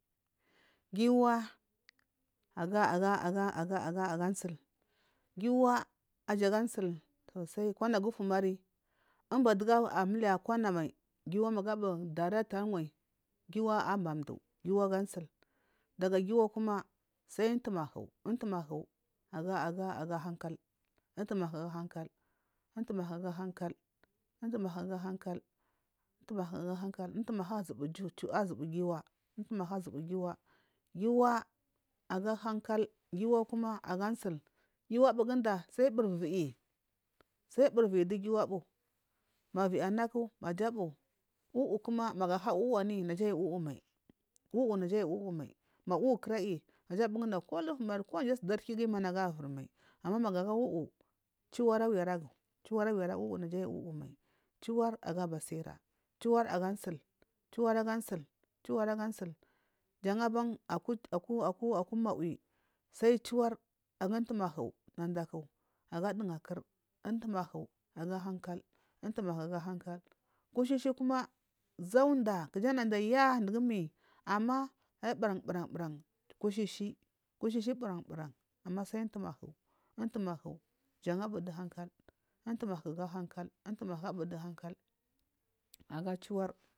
Giwa aga aga aga aga aga agazil giwa naja agazil to sai sakonagu utumari nagu amuliya kwana mai ko magu abu direct arwai giwa abamdu gu abu aga zil dagagiwa kuma sal umtumahi umtumahi aga aga aga hankal umtumabu aga hankal umtumahu agahankal umtumahu aga hankal umtumahu aga hankal azubu guwa umtumahi agubu giwa agahakal giwa aga hankal giwa kuma aga zilgiwa azil giwa abuibi giwa abuguda du biyi naya aiyi wuwumal wuwu naja aiyi wuwu mai naja aiyi yu wuwu mai ma wuwu akurayi naja abuguda ko alutumari ko dija asudu arkiguyima nagu aiyi avurimal ama magu aga wuwu chiwar awiragu chiwar aga zil chiwar aga su chiwar aga su yariban aku mawi sai chiwar aga umtumahi nadaku aga dunakur umtumahu aga hankal umtumahu agahankal kushishi kuma zuada nadaya dugumi ama ai buran buran buran kushishi kushishi buran buran ama sal t-umtumahu umtumahu jan abudu hankal umtumahu aga hankal abudu hankal aga chiwar.